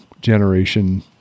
generation